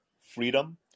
freedom